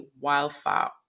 wildfire